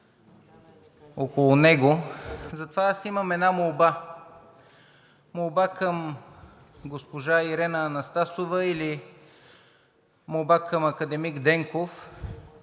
около него. Затова аз имам една молба – молба към госпожа Ирена Анастасова или молба към академик Денков,